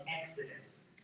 Exodus